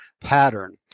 pattern